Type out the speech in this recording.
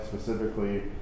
specifically